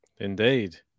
Indeed